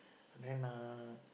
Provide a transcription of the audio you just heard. then uh